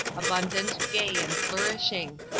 abundant, gay, and flourishing.